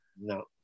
No